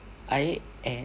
air and